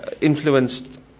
influenced